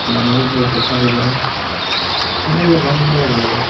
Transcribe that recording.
গানেও ধেৰ কথা বুজায় তেনেকে গান ভাল লাগে আৰু